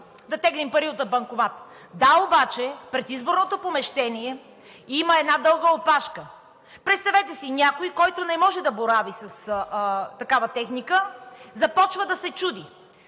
да теглим пари от банкомат. Да, обаче пред изборното помещение има една дълга опашка. Представете си някой, който не може да борави с такава техника и започва да се чуди.